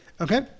Okay